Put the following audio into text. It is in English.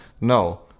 No